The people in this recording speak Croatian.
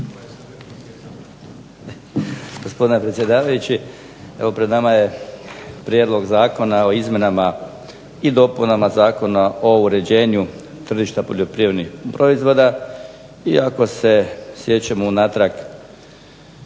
Gospodine predsjedavajući, evo pred nama je Prijedlog zakona o izmjenama i dopunama Zakona o uređenju tržišta poljoprivrednih proizvoda, i ako se sjećamo unatrag